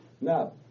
Now